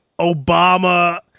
Obama